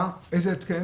מה, איזה התקן?